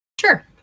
Sure